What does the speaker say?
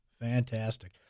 Fantastic